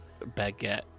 baguette